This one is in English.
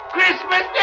Christmas